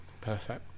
perfect